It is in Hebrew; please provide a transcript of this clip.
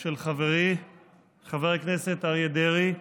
של חברי חבר הכנסת אריה דרעי,